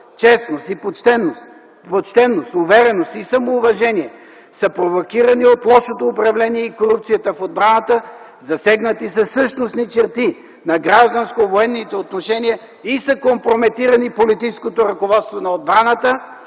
честност и почтеност, увереност и самоуважение са провокирани от лошото управление и корупцията в отбраната, засегнати са същностни черти на гражданско-военните отношения и са компрометирани политическото ръководство на отбраната,